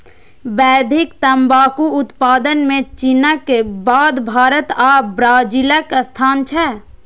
वैश्विक तंबाकू उत्पादन मे चीनक बाद भारत आ ब्राजीलक स्थान छै